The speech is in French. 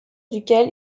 duquel